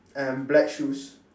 and black shoes